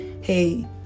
hey